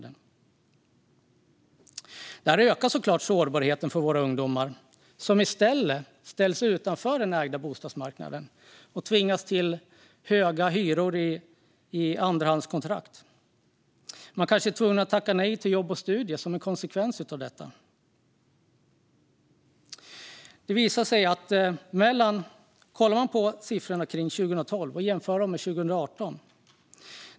Detta ökar såklart sårbarheten för våra ungdomar, som ställs utanför bostadsmarknaden för ägda bostäder och tvingas till andrahandskontrakt med höga hyror. Man kanske är tvungen att tacka nej till jobb och studier som en konsekvens av detta. Man kan jämföra siffrorna för 2012 med siffrorna för 2018.